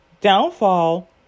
downfall